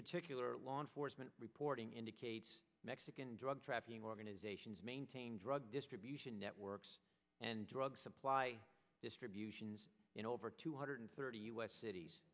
particular law enforcement reporting indicate mexican drug trafficking organizations maintain drug distribution networks and drug supply distributions in over two hundred thirty u s cities